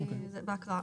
כי זה בהקראה,